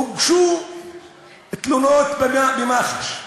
הוגשו תלונות במח"ש.